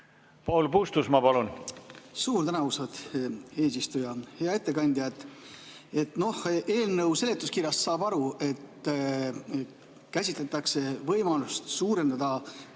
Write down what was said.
Paul Puustusmaa, palun! Suur tänu, austatud eesistuja! Hea ettekandja! Eelnõu seletuskirjast saab aru, et käsitletakse võimalust suurendada